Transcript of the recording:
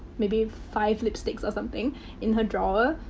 maybe five lipsticks or something in her drawer.